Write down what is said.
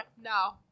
No